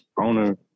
owner